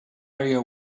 area